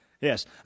Yes